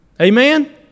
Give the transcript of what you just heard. Amen